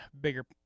bigger